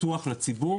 פתוח לציבור,